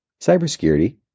cybersecurity